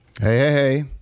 hey